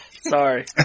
Sorry